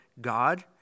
God